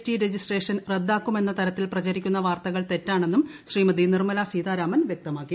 T registration റദ്ദാക്കുമെന്ന തരത്തിൽ പ്രചരിക്കുന്ന വാർത്തകൾ തെറ്റാണെന്നും ശ്രീമതി നിർമലാ സീതാരാമൻ വ്യക്തമാക്കി